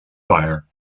fire